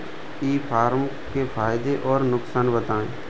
ई commerce के फायदे और नुकसान बताएँ?